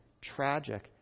tragic